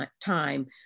time